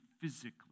physically